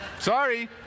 sorry